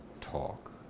talk